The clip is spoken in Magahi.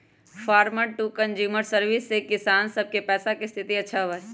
फार्मर टू कंज्यूमर सर्विस से किसान सब के पैसा के स्थिति अच्छा होबा हई